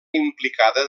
implicada